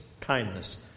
kindness